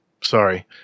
Sorry